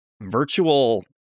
virtual